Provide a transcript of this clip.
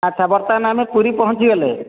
ଆଚ୍ଛା ବର୍ତ୍ତମାନ ଆମେ ପୁରୀ ପହଞ୍ଚିଗଲେ